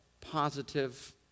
positive